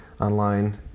online